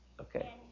okay